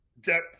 depth